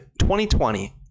2020